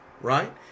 right